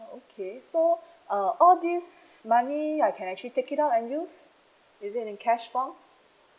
okay so uh all this money I can actually take it all and use is it in cash form